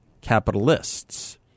capitalists